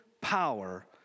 power